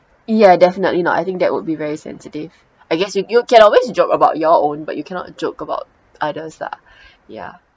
yeah definitely not I think that would be very sensitive I guess you you can always joke about your own but you cannot joke about others lah ya